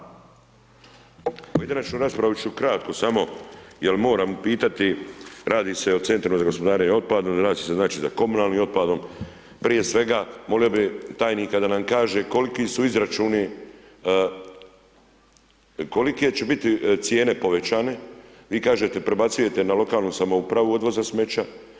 Pojedinačnu raspravu ću kratko samo jer moram pitati, radi se o centru za gospodarenje otpadom, radi se znači sa komunalnim otpadom, prije svega, molio bih tajnika da nam kaže koliki su izračuni, kolike će biti cijene povećane, vi kažete, prebacujete na lokalnu samoupravu odvoza smeća.